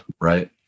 right